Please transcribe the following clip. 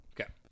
Okay